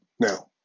Now